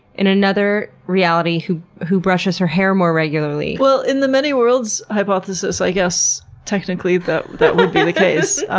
in another reality, who who brushes her hair more regularly? well, in the many worlds hypothesis i guess technically that that would be the case.